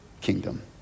kingdom